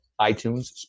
iTunes